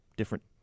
different